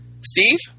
Steve